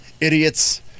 idiots